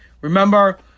Remember